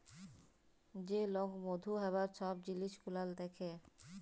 যে লক মধু হ্যবার ছব জিলিস গুলাল দ্যাখে